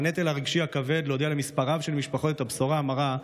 עם הנטל הרגשי הכבד להודיע למספר רב של משפחות את הבשורה המרה,